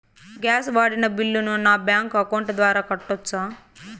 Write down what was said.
Gas వాడిన బిల్లును నా బ్యాంకు అకౌంట్ ద్వారా కట్టొచ్చా?